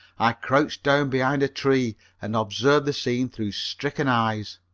i crouched down behind a tree and observed the scene through stricken eyes.